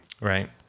Right